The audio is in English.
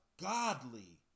godly